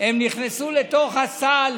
נכנסו לתוך הסל